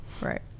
Right